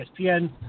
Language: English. ESPN